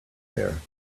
there